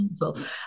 wonderful